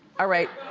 alright,